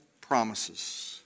promises